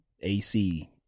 AC